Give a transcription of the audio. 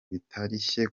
bikarishye